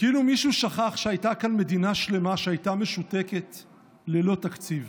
כאילו מישהו שכח שהייתה כאן מדינה שלמה שהייתה משותקת ללא תקציב.